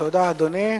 תודה, אדוני.